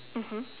mmhmm